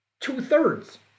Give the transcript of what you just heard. Two-thirds